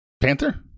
panther